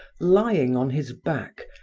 lying on his back,